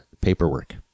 paperwork